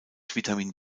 vitamin